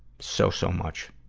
so, so much.